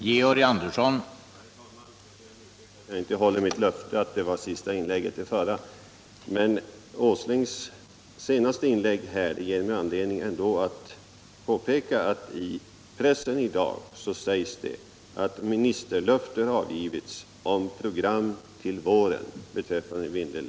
Herr talman! Jag ber om ursäkt för att jag inte håller mitt löfte om att mitt förra inlägg skulle vara mitt sista, men herr Åslings senaste anförande ger mig anledning att påpeka att det i pressen i dag sägs att ministerlöfte har avgivits om program till våren för Vindelälvsområdet.